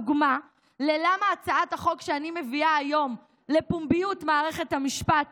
דוגמה למה הצעת החוק שאני מביאה היום על פומביות מערכת המשפט